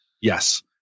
Yes